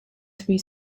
three